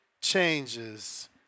changes